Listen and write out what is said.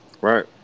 right